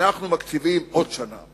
אנחנו מקציבים עוד שנה.